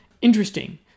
Interesting